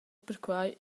perquai